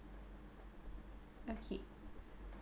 okay